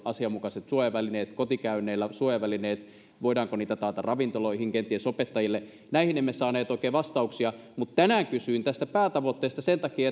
asianmukaiset suojavälineet ja että kotikäynneillä on suojavälineet voidaanko niitä taata ravintoloihin kenties opettajille näihin emme saaneet oikein vastauksia mutta tänään kysyin tästä päätavoitteesta sen takia